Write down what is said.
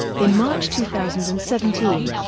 in march two thousand and seventeen,